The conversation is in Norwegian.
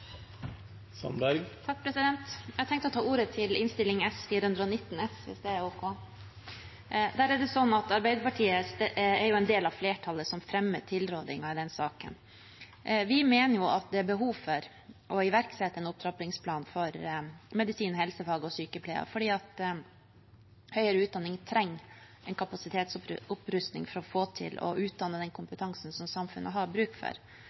bli bedre? Jeg tenkte å ta ordet til Innst. S 419 S, hvis det er ok. Det er sånn at Arbeiderpartiet er en del av flertallet som fremmer tilrådingen i den saken. Vi mener at det er behov for å iverksette en opptrappingsplan for medisin, helsefag og sykepleie, fordi høyere utdanning trenger en kapasitetsopprustning for å få til å utdanne til den kompetansen som samfunnet har bruk for.